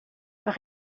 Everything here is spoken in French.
par